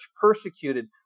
persecuted